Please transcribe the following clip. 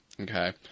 Okay